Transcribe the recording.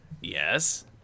Yes